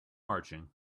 marching